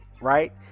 Right